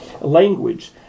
language